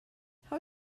how